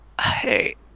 Hey